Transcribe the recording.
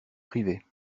privées